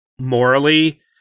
morally